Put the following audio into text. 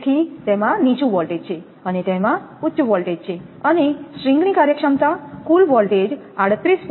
તેથી તેમાં નીચું વોલ્ટેજ છે અને તેમાં ઉચ્ચ વોલ્ટેજ છે અને સ્ટ્રિંગની કાર્યક્ષમતા કુલ વોલ્ટેજ 38